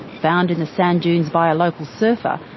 found in the sand dunes by a local surfer,